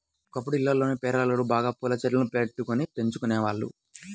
ఒకప్పుడు ఇళ్లల్లోని పెరళ్ళలో బాగా పూల చెట్లను బెట్టుకొని పెంచుకునేవాళ్ళు